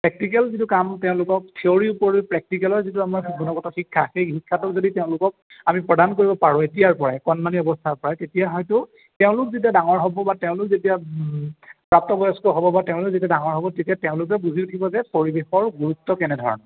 practical যিটো কাম তেওঁলোকক থিয়ৰীৰ উপৰি প্ৰেক্টিকেলৰ যিটো আমাৰ গুণগত শিক্ষা সেই শিক্ষাটো যদি তেওঁলোকক আমি প্ৰদান কৰিব পাৰোঁ এতিয়াৰ পৰাই কণমানি অৱস্থাৰ পৰাই তেতিয়া হয়তো তেওঁলোক যেতিয়া ডাঙৰ হ'ব বা তেওঁলোক যেতিয়া প্ৰাপ্তবয়স্ক হ'ব বা তেওঁলোক যেতিয়া ডাঙৰ হ'ব তেতিয়া তেওঁলোকেও বুজি উঠিব যে পৰিৱেশৰ গুৰুত্ব কেনেধৰণৰ